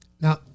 Now